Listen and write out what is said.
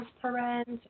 transparent